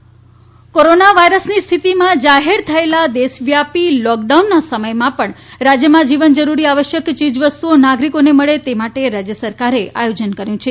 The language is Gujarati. અશ્વિની કુમાર કોરોના વાયરસની સ્થિતિમાં જાહેર થયેલા દેશવ્યાપી લોકડાઉનના સમયમાં પણ રાજ્યમાં જીવન જરૂરી આવશ્યક ચીજવસ્તુઓ નાગરીકીને મળે તે માટે રાજ્ય સરકારે આયોજન કર્યુ છે